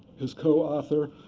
his co-author,